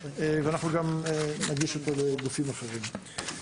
אנחנו גם נגיש אותו לגופים אחרים.